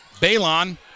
Balon